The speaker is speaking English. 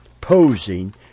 Posing